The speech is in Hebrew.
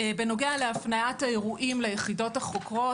בנוגע להפניית האירועים ליחידות החוקרות.